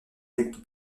maigre